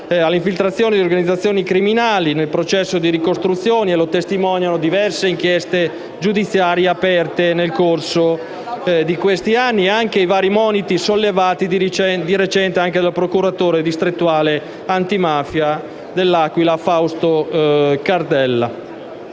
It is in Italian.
all'infiltrazione di organizzazioni criminali nel processo di ricostruzione, come testimoniano le diverse inchieste giudiziarie aperte nel corso di questi anni e i vari moniti sollevati anche di recente dal procuratore distrettuale antimafia dell'Aquila, Fausto Cardella.